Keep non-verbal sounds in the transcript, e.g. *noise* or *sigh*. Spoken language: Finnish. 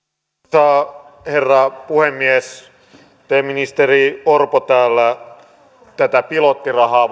arvoisa herra puhemies te ministeri orpo täällä tätä pilottirahaa *unintelligible*